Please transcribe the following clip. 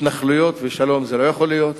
התנחלויות ושלום יחד, לא יכול להיות,